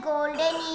Golden